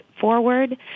forward